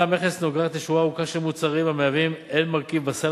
המכס נוגעת לשורה ארוכה של מוצרים המהווים הן מרכיב בסל